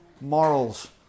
morals